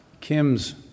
Kim's